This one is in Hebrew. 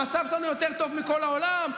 המצב שלנו יותר טוב משל כל העולם.